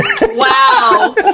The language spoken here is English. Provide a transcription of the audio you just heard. Wow